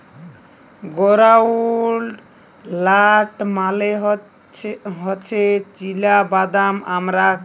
গেরাউলড লাট মালে হছে চিলা বাদাম আমরা খায়